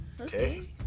okay